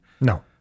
No